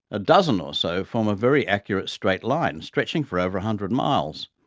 a dozen or so form a very accurate straight line and stretching for over a hundred miles.